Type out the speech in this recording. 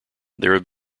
there